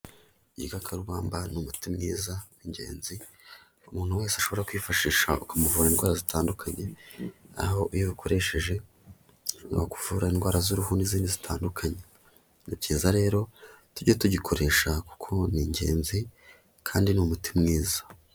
Igikakaruka ni umuti mwiza w'ingenzi, umuntu wese ashobora kwifashisha ukamuvura indwara zitandukanye, aho iyo wawukoresheje ukuvura indwara z'uruhuri n'izindi zitandukanye, ni byiza rero tuge tugikoresha kuko ni ingenzi kandi ni umuti mwiza.